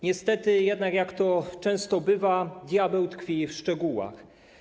Niestety jednak, jak to często bywa, diabeł tkwi w szczegółach.